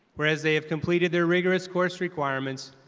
for as they have completed their rigorous course requirements,